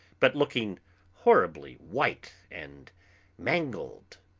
but looking horribly white and mangled.